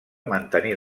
mantenir